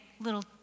little